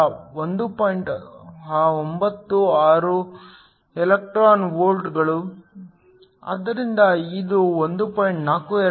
96 electron ವೋಲ್ಟ್ಗಳು ಆದ್ದರಿಂದ ಇದು 1